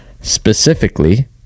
specifically